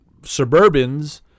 suburbans